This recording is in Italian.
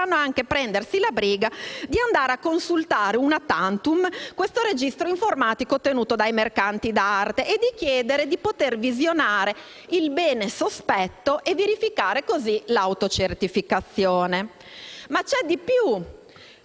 anche prendersi la briga di andare a consultare, *una tantum*, questo registro informatico tenuto dei mercanti d'arte, chiedere di poter visionare il bene sospetto e verificare così l'autocertificazione. C'è di più: